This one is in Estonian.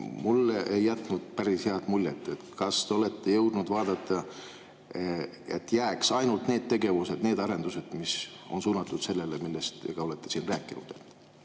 mulle ei ole päris head muljet jätnud. Kas te olete jõudnud vaadata, et jääks ainult need tegevused, need arendused, mis on suunatud sellele, millest te olete siin rääkinud